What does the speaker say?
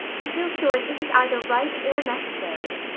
i feel sure it isn't either right or necessary.